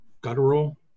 guttural